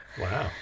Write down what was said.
wow